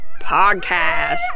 podcast